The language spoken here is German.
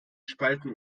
spalten